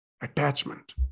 attachment